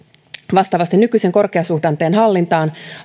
vastaavasti nykyisen korkeasuhdanteen hallintaan